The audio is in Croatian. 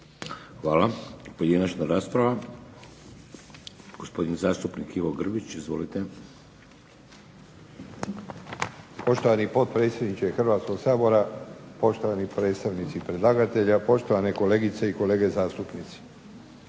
Hvala. Pojedinačna rasprava. Gospodin zastupnik Ivo Grbić. Izvolite. **Grbić, Ivo (HDZ)** Poštovani potpredsjedniče Hrvatskog sabora, poštovani predstavnici predlagatelja, poštovane kolegice i kolege zastupnici.